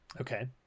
Okay